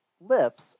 lips